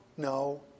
No